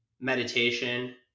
meditation